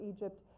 Egypt